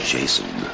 Jason